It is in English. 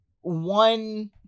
one